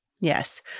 Yes